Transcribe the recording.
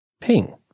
ping